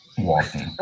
Walking